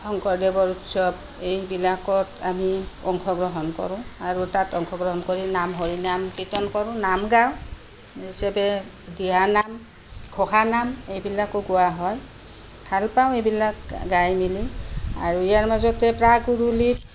শংকৰদেৱৰ উৎসৱ এইবিলাকত আমি অংশগ্ৰহণ কৰোঁ আৰু তাত অংশগ্ৰহণ কৰি নাম হৰিনাম কীৰ্তন কৰোঁ নাম গাওঁ সেই হিচাপে দিহা নাম ঘোষা নাম এইবিলাকো গোৱা হয় ভালপাওঁ এইবিলাক গাই মেলি আৰু ইয়াৰ মাজতে প্ৰাক বুলি